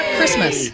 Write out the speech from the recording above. Christmas